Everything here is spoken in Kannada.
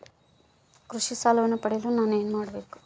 ಕೃಷಿ ಸಾಲವನ್ನು ಪಡೆಯಲು ನಾನು ಏನು ಮಾಡಬೇಕು?